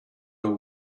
are